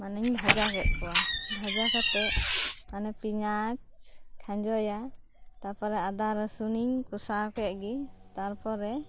ᱢᱟᱱᱤᱧ ᱵᱷᱟᱡᱟ ᱠᱮᱫ ᱠᱚᱣᱟ ᱵᱷᱟᱡᱟ ᱠᱟᱛᱮᱫ ᱢᱟᱱᱮ ᱯᱮᱭᱟᱡ ᱠᱷᱟᱡᱚᱭᱟ ᱛᱟᱯᱚᱨᱮ ᱟᱫᱟ ᱨᱟᱹᱥᱩᱱᱤᱧ ᱠᱚᱥᱟᱣ ᱠᱮᱫ ᱜᱮ ᱛᱟᱨᱯᱚᱨᱮ